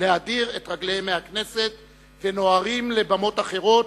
להדיר את רגליהם מהכנסת ונוהרים לבמות אחרות